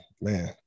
man